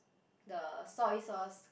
the soy sauce